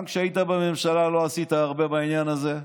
גם כשהיית בממשלה לא עשית הרבה בעניין הזה.